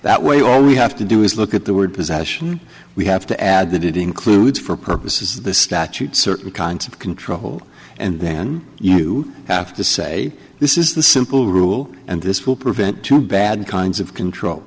that way all we have to do is look at the word possession we have to add that it includes for purposes of the statute certain kinds of control and then you have to say this is the simple rule and this will prevent too bad kinds of control